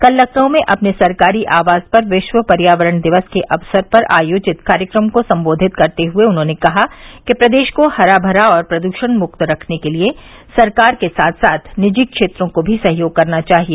कल लखनऊ में अपने सरकारी आवास पर विश्व पर्यावरण दिवस के अवसर पर आयोजित कार्यक्रम को सम्बोधित करते हुए उन्होंने कहा कि प्रदेश को हरा भरा और प्रदूषण मुक्त रखने के लिए सरकार के साथ साथ निजी क्षेत्रों को भी सहयोग करना चाहिए